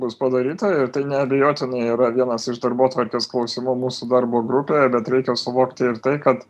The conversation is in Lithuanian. bus padaryta ir tai neabejotinai yra vienas iš darbotvarkės klausimų mūsų darbo grupėj bet reikia suvokti ir tai kad